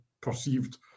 perceived